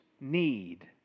need